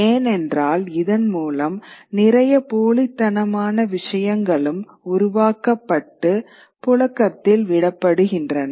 ஏனென்றால் இதன் மூலம் நிறைய போலித்தனமான விஷயங்களும் உருவாக்கப்பட்டு புழக்கத்தில் விடப்படுகின்றன